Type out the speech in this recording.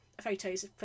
photos